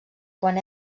quan